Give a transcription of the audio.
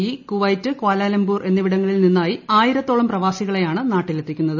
E Kuwait Kuala Lumpur എന്നിവിടങ്ങളിൽ നിന്നായി ആയിരത്തോളം പ്രവാസികളെ യാണ് നാട്ടിലെത്തിക്കുന്നത്